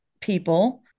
people